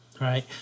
Right